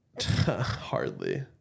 Hardly